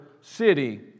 city